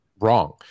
wrong